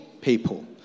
people